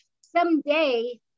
someday